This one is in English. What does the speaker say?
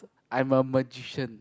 I'm a magician